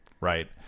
right